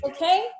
Okay